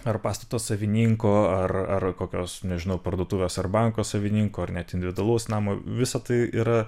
ar pastato savininko ar ar kokios nežinau parduotuvės ar banko savininko ar net individualaus namo visa tai yra